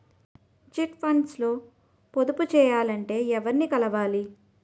Chit funds లో పొదుపు చేయాలంటే ఎవరిని కలవాలి?